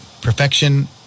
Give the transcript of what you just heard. Perfection